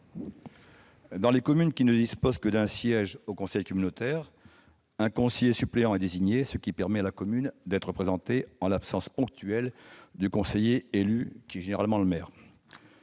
Dans les communes ne disposant que d'un siège au conseil communautaire, un conseiller suppléant est désigné, ce qui permet à la commune d'être représentée en l'absence ponctuelle du conseiller élu, qui est généralement le maire.